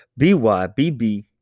bybb